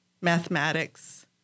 mathematics